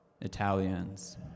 Italians